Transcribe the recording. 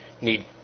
need